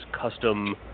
custom